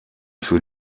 für